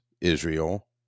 Israel